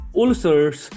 ulcers